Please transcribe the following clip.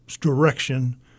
direction